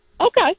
Okay